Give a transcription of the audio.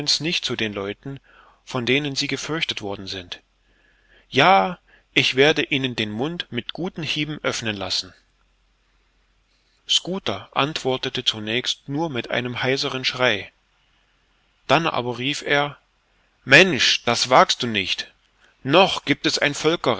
nicht zu den leuten von denen sie gefürchtet worden sind ja ich werde ihnen den mund mit guten hieben öffnen lassen schooter antwortete zunächst nur mit einem heisern schrei dann aber rief er mensch das wagst du nicht noch gibt es ein